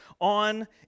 on